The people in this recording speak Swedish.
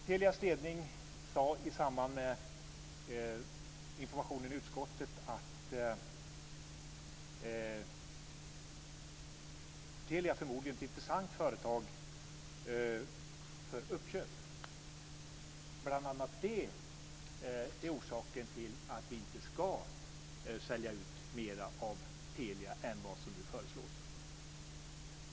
Telias ledning sade i samband med informationen i utskottet att Telia förmodligen är ett intressant företag för uppköp. Bl.a. detta är orsaken till att vi inte ska sälja ut mera av Telia än vad som nu föreslås.